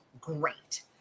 Great